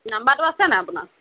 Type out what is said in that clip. নাম্বাৰটো আছেনে আপোনাৰ